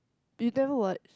you never watch